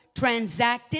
transacted